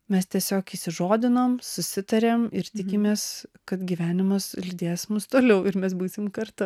mes tiesiog įsižodinom susitarėm ir tikimės kad gyvenimas lydės mus toliau ir mes būsim kartu